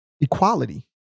equality